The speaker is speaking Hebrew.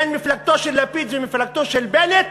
בין מפלגתו של לפיד ומפלגתו של בנט,